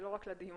ולא רק לדיון.